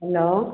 hello